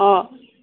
অঁ